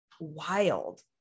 wild